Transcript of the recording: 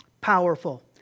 powerful